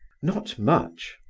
not much.